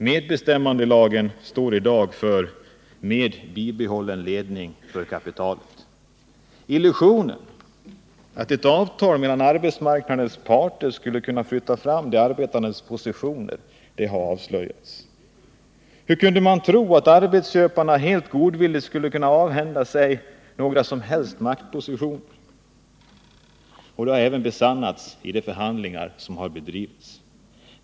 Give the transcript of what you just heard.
MBL står i dag för Med Bibehållen Ledning för kapitalet. Illusionen, att ett avtal mellan arbetsmarknadens parter skulle flytta fram de arbetandes positioner, har avslöjats. Hur kunde man tro att arbetsköparna helt godvilligt skulle avhända sig några som helst maktpositioner? Det har även besannats i de förhandlingar som bedrivits.